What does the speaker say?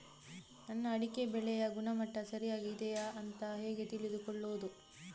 ನನ್ನ ಅಡಿಕೆ ಬೆಳೆಯ ಗುಣಮಟ್ಟ ಸರಿಯಾಗಿ ಇದೆಯಾ ಅಂತ ಹೇಗೆ ತಿಳಿದುಕೊಳ್ಳುವುದು?